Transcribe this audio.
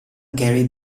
gary